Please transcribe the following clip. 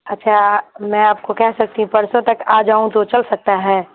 اچھا میں آپ کو کہہ سکتی ہوں پرسوں تک آ جاؤں تو چل سکتا ہے